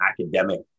academic